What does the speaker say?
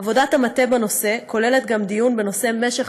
עבודת המטה בנושא כוללת גם דיון בנושא משך